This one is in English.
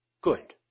good